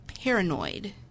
paranoid